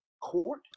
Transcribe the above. court